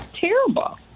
Terrible